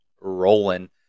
rolling